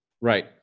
Right